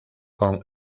con